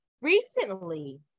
Recently